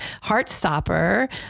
Heartstopper